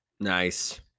Nice